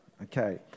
Okay